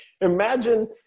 imagine